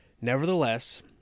Nevertheless